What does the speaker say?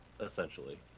Essentially